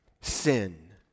sin